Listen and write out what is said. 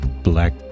Black